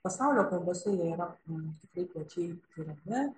pasaulio kalbose jie yra tikrai plačiai tirami